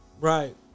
Right